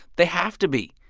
they have to be.